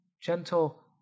gentle